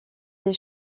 des